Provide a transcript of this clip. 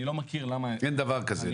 אני לא מכיר למה --- אין דבר כזה,